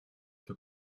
der